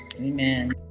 Amen